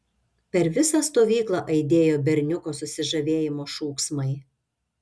per visą stovyklą aidėjo berniuko susižavėjimo šūksmai